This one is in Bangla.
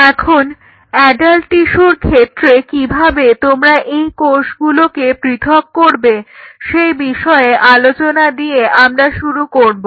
এখন অ্যাডাল্ট টিস্যুর ক্ষেত্রে কিভাবে তোমরা এই কোষগুলোকে পৃথক করবে সেই বিষয়ে আলোচনা দিয়ে আমরা শুরু করব